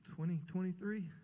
2023